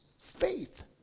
faith